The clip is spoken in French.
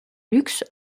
luxe